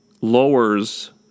lowers